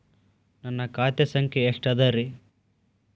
ನನ್ನ ಖಾತೆ ಸಂಖ್ಯೆ ಎಷ್ಟ ಅದರಿ?